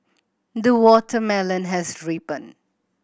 the watermelon has